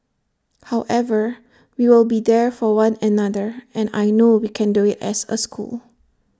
however we will be there for one another and I know we can do IT as A school